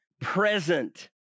present